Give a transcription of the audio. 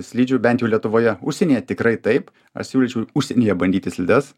slidžių bent jau lietuvoje užsienyje tikrai taip aš siūlyčiau užsienyje bandyti slides